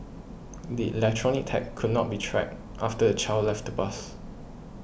the electronic tag could not be tracked after the child left the bus